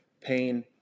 pain